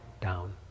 down